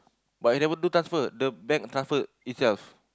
but I never do transfer the bank transfer itself